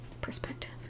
perspective